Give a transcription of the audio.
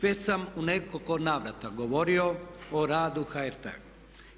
Već sam u nekoliko navrata govorio o radu HRT-a.